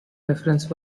reference